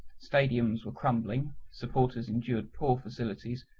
stadiums were crumbling, supporters endured poor facilities,